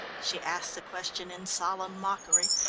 she asked the question in solemn mockery,